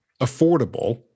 affordable